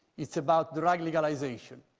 it's about drug legalization.